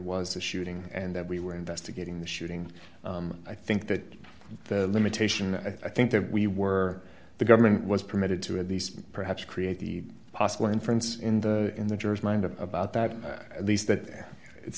was a shooting and that we were investigating the shooting i think that the limitation i think that we were the government was permitted to at least perhaps create the possible inference in the in the jurors mind about that at least that it's